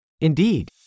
Indeed